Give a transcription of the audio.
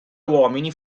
uomini